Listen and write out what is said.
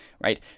right